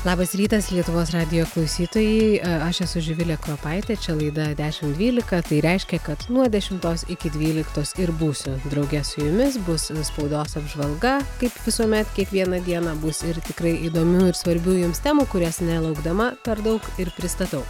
labas rytas lietuvos radijo klausytojai a aš esu živilė kropaitė čia laida dešimt dvylika tai reiškia kad nuo dešimtos iki dvyliktos ir būsiu drauge su jumis bus spaudos apžvalga kaip visuomet kiekvieną dieną bus ir tikrai įdomių ir svarbių jums temų kurias nelaukdama per daug ir pristatau